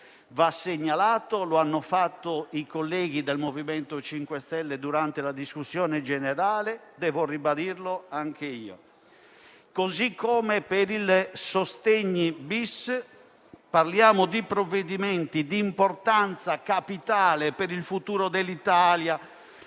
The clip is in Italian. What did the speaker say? va segnalato: lo hanno fatto i colleghi del MoVimento 5 Stelle durante la discussione generale e devo ribadirlo anche io. Così come per il cosiddetto decreto sostegni-*bis*, parliamo di provvedimenti di importanza capitale per il futuro dell'Italia,